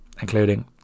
including